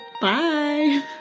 bye